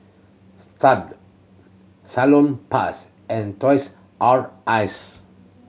Stuff'd Salonpas and Toys R Us